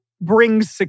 Brings